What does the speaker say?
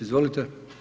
Izvolite.